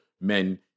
men